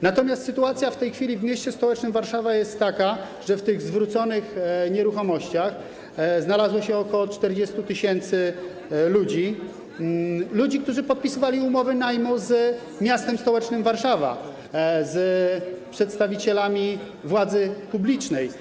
Natomiast sytuacja w tej chwili w mieście stołecznym Warszawa jest taka, że w tych zwróconych nieruchomościach znalazło się ok. 40 tys. ludzi, którzy podpisywali umowy najmu z miastem stołecznym Warszawa, z przedstawicielami władzy publicznej.